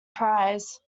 prize